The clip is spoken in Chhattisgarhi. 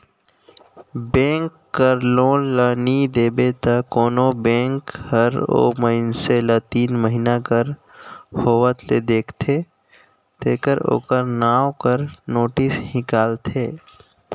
बेंक कर लोन ल नी देबे त कोनो बेंक हर ओ मइनसे ल तीन महिना कर होवत ले देखथे तेकर ओकर नांव कर नोटिस हिंकालथे